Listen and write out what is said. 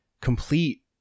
complete